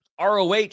ROH